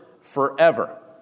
forever